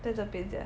在这边 sia